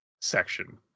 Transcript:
section